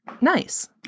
Nice